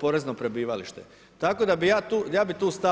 porezno prebivalište, tako da bi ja tu stao.